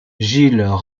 gilles